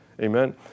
Amen